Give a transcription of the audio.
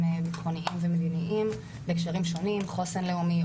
ביטחוניים ומדיניים בהקשרים שונים חוסן לאומי,